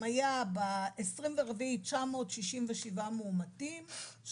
אם היה ב-24.7 967 מאומתים,